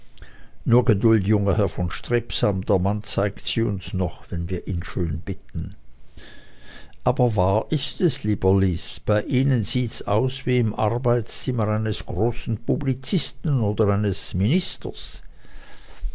nur geduld junger herr von strebsam der mann zeigt sie uns noch wenn wir schön bitten aber wahr ist es lieber lys bei ihnen sieht's aus wie im arbeitszimmer eines großen publizisten oder eines ministers